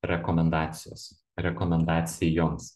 rekomendacijos rekomendacijoms